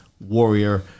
warrior